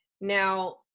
Now